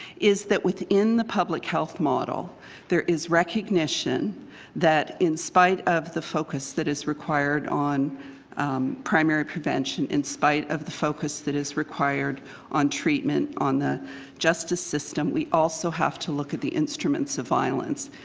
is that within the public health model there is recognition that in spite of the focus that is required on primary prevention in spite of the focus that is required on treatment, on the justice system, we also have to look at the instruments of violence.